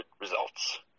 results